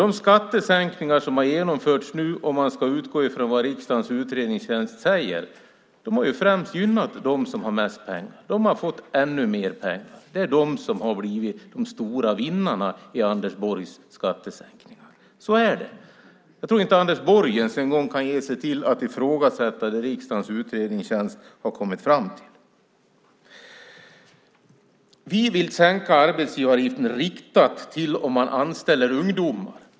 De skattesänkningar som har genomförts nu har, om man ska utgå från vad riksdagens utredningstjänst säger, främst gynnat dem som har mest pengar. De har fått ännu mer pengar. Det är de som har blivit de stora vinnarna på Anders Borgs skattesänkningar. Så är det. Jag tror inte att ens Anders Borg kan ge sig till att ifrågasätta det riksdagens utredningstjänst har kommit fram till. Vi vill sänka arbetsgivaravgiften riktat till dem som anställer ungdomar.